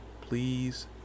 please